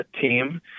team